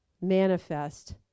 manifest